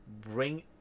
bring